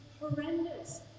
Horrendous